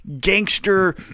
gangster